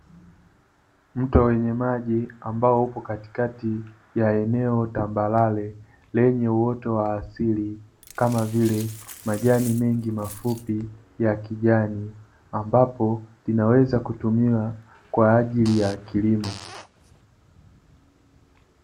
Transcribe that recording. Mto wenye maji, ambao upo katikati ya eneo tambarare, lenye uoto wa asili kama vile, majani mengi mafupi ya kijani, ambapo linaweza kutumiwa kwa ajili ya kilimo.